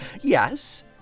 Yes